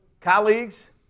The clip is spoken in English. colleagues